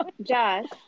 Josh